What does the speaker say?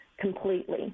completely